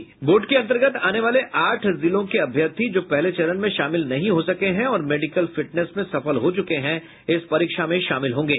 इस परीक्षा में बोर्ड के अंतर्गत आने वाले आठ जिलों के अभ्यर्थी जो पहले चरण में शामिल नहीं हो सके हैं और मेडिकल फिटनेस में सफल हो चुके हैं परीक्षा में शामिल होंगे